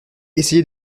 essayer